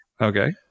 Okay